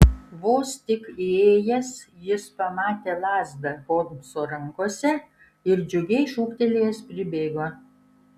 vos tik įėjęs jis pamatė lazdą holmso rankose ir džiugiai šūktelėjęs pribėgo